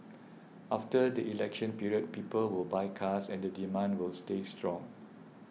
after the election period people will buy cars and the demand will stay strong